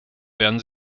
werden